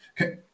Okay